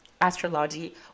astrology